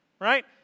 right